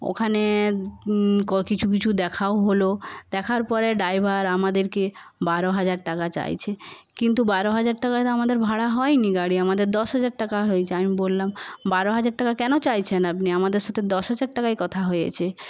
ওখানে কিছু কিছু দেখাও হল দেখার পরে ড্রাইভার আমাদেরকে বারো হাজার টাকা চাইছে কিন্তু বারো হাজার টাকা তো আমাদের ভাড়া হয়নি গাড়ির আমাদের দশ হাজার টাকা হয়েছে আমি বললাম বারো হাজার টাকা কেন চাইছেন আপনি আমাদের সাথে দশ হাজার টাকায় কথা হয়েছে